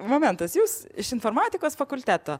momentas jūs iš informatikos fakulteto